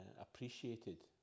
appreciated